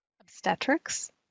Obstetrics